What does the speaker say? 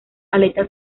aletas